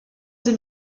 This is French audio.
deux